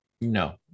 No